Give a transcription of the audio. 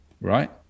right